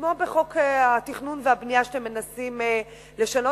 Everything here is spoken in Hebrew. כמו בחוק התכנון והבנייה שאתם מנסים לשנות,